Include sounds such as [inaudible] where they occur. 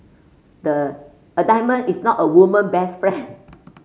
the a diamond is not a woman best friend [noise] [noise]